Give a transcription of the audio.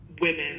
women